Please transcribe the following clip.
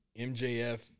MJF